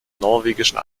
norwegischen